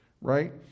Right